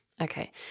Okay